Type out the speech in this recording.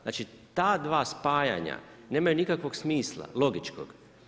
Znači ta dva spajanja nemaju nikakvog smisla logičkog.